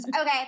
Okay